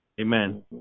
amen